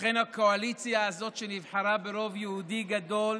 לכן הקואליציה הזו, שנבחרה ברוב יהודי גדול,